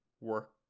work